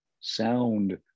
sound